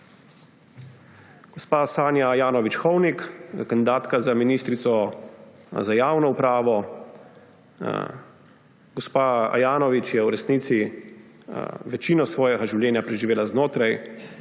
Gospa Sanja Ajanović Hovnik, kandidatka za ministrico za javno upravo. Gospa Ajanović je v resnici večino svojega življenja preživela znotraj